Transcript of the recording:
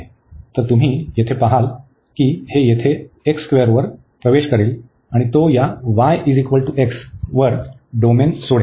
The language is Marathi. तर तुम्ही येथे पहाल की हे येथे वर प्रवेश करेल आणि तो या y x वर डोमेन सोडेल